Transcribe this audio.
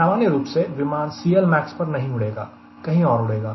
सामान्य रूप से विमान CLmax पर नहीं उड़ेगा कहीं और उड़ेगा